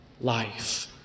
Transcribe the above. life